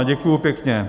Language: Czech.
Děkuji pěkně.